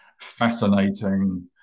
fascinating